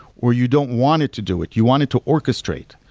or you don't want it to do it. you want it to orchestrate.